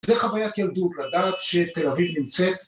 זה חוויית ילדות, לדעת שתל אביב נמצאת.